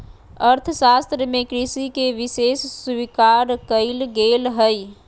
अर्थशास्त्र में कृषि के विशेष स्वीकार कइल गेल हइ